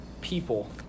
people